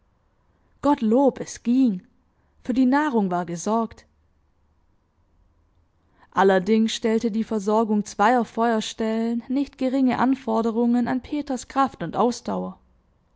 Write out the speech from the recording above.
gottlob es ging für die nahrung war gesorgt allerdings stellte die versorgung zweier feuerstellen nicht geringe anforderungen an peters kraft und ausdauer